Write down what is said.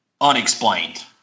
unexplained